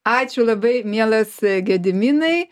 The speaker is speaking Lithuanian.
ačiū labai mielas gediminai